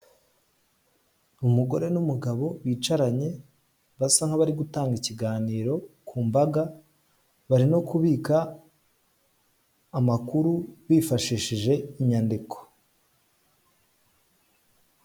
Umugore n'umugabo bicaranye basa nkabari gutanga ikiganiro kumbaga, barimo kubika amakuru bifashishije inyandiko.